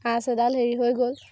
আঁচ এডাল হেৰি হৈ গ'ল